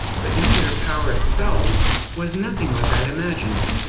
but nuclear power itself was nothing like i'd imagined.